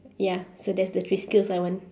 ya so that's the three skills I want